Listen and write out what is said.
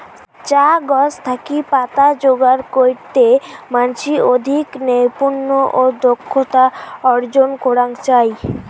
চা গছ থাকি পাতা যোগার কইরতে মানষি অধিক নৈপুণ্য ও দক্ষতা অর্জন করাং চাই